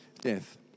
death